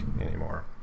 anymore